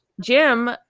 Jim